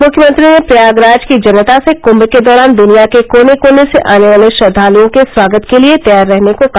मुख्यमंत्री ने प्रयागराज की जनता से कुंभ के दौरान दुनिया के कोने कोने से आने वाले श्रद्वालुओं के स्वागत के लिये तैयार रहने को कहा